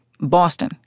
Boston